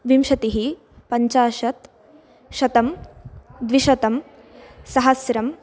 विंशतिः पञ्चाशत् शतं द्विशतं सहस्रं